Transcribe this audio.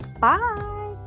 Bye